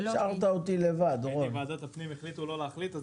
שם החליטו לא להחליט.